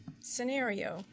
scenario